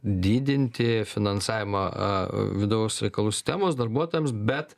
didinti finansavimą a vidaus reikalų sistemos darbuotojams bet